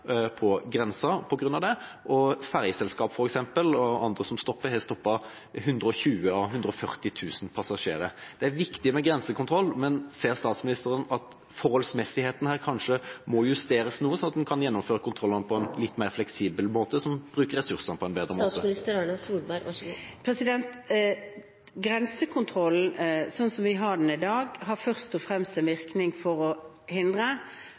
på grensa på grunn av dette, og fergeselskapene og andre som kontrollerer, har stoppet 120 av 140 000 passasjerer. Det er viktig med grensekontroll, men ser statsministeren at forholdsmessigheten her kanskje må justeres noe, så man kan gjennomføre kontrollene på en litt mer fleksibel måte og bruke ressursene på en bedre måte? Grensekontrollen, slik som vi har den i dag, skulle først og fremst hindre